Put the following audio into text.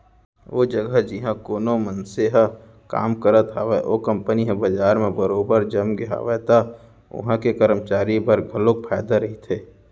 ओ जघा जिहाँ कोनो मनसे ह काम करत हावय ओ कंपनी ह बजार म बरोबर जमगे हावय त उहां के करमचारी बर घलोक फायदा रहिथे